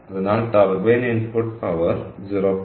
അതിനാൽ turbine input power 0